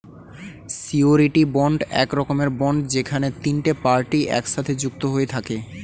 surety bond এক রকমের bond যেখানে তিনটে পার্টি একসাথে যুক্ত হয়ে থাকে